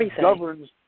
governs